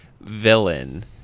villain